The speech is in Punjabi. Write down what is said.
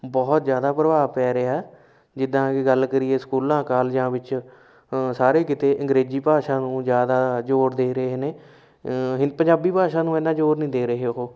ਬਹੁਤ ਜ਼ਿਆਦਾ ਪ੍ਰਭਾਵ ਪੈ ਰਿਹਾ ਜਿੱਦਾਂ ਕਿ ਗੱਲ ਕਰੀਏ ਸਕੂਲਾਂ ਕਾਲਜਾਂ ਵਿੱਚ ਸਾਰੇ ਕਿਤੇ ਅੰਗਰੇਜ਼ੀ ਭਾਸ਼ਾ ਨੂੰ ਜ਼ਿਆਦਾ ਜ਼ੋਰ ਦੇ ਰਹੇ ਨੇ ਹਿੰ ਪੰਜਾਬੀ ਭਾਸ਼ਾ ਨੂੰ ਇੰਨਾ ਜ਼ੋਰ ਨਹੀਂ ਦੇ ਰਹੇ ਉਹ